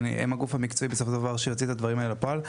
והם הגוף המקצועי בסופו של דבר שמוציא את הדברים האלה לפועל.